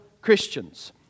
Christians